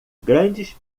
grandes